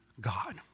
God